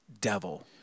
devil